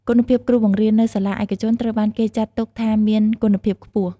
គុណភាពគ្រូបង្រៀន នៅសាលាឯកជនត្រូវបានគេចាត់ទុកថាមានគុណភាពខ្ពស់។